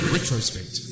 Retrospect